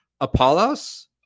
Apollos